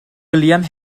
william